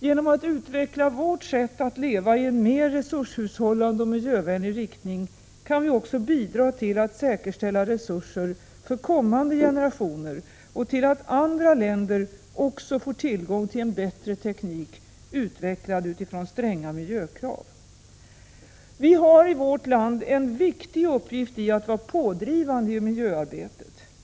Genom att utveckla vårt sätt att leva i en mer resurshushållande och miljövänlig riktning, kan vi också bidra till att säkerställa resurser för kommande generationer och till att andra länder också får tillgång till en bättre teknik, utvecklad utifrån stränga miljökrav. Vi har i vårt land en viktig uppgift: att vara pådrivande i miljöarbetet.